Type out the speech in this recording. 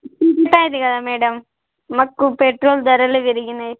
ఉంటుంది కదా మేడం మాకు పెట్రోల్ ధరలు పెరిగాయి